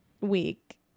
week